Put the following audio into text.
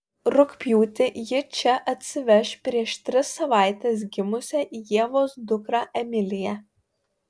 rugpjūtį ji čia atsiveš prieš tris savaites gimusią ievos dukrą emiliją